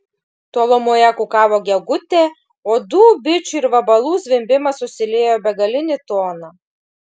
tolumoje kukavo gegutė uodų bičių ir vabalų zvimbimas susiliejo į begalinį toną